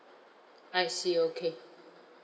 I see okay